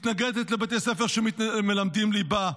מתנגדת לבתי ספר שמלמדים ליבה,